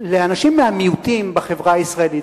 לאנשים מהמיעוטים בחברה הישראלית,